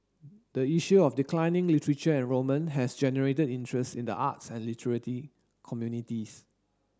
the issue of declining literature enrolment has generated interest in the arts and literary communities